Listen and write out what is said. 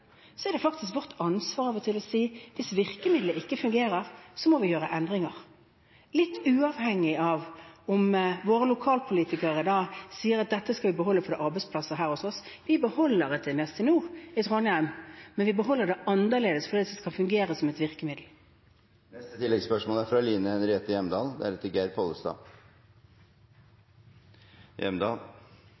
er det faktisk vårt ansvar av og til å si at hvis virkemiddelet ikke fungerer, må vi gjøre endringer, litt uavhengig av om våre lokalpolitikere sier at «dette skal vi beholde fordi dette er arbeidsplasser her hos oss». Vi beholder et Investinor i Trondheim, men vi beholder det annerledes fordi det skal fungere som et virkemiddel.